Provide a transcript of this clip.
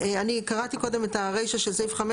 אני קראתי קודם את הרישה של סעיף 5